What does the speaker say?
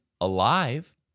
alive